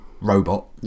robot